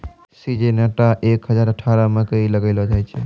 Syngenta एक हजार अठारह मकई लगैलो जाय?